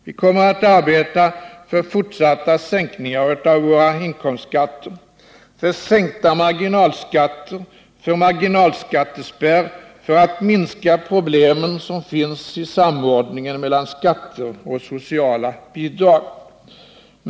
Vi kommer att arbeta för fortsatta sänkningar av våra inkomstskatter, för sänkta marginalskatter, för marginalskattespärr och för att minska de problem som finns i samordningen mellan skatter och sociala bidrag.